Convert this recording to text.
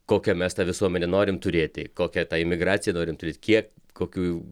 kokią mes tą visuomenę norim turėti kokią tą imigraciją norim turėti kiek kokių